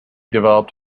developed